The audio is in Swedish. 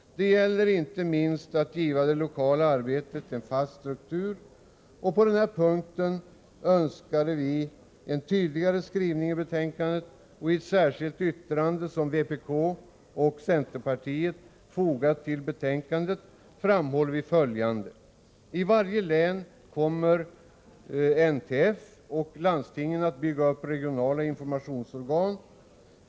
Det gäller inte minst att ge det lokala arbetet en fast struktur. På denna punkt önskade vi en tydligare skrivning i betänkandet, och i ett särskilt yttrande, som vpk och centerpartiet fogat till betänkandet, framhåller vi följande: ”I varje län kommer NTF och landstingen att bygga upp regionala informationsorgan.